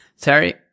terry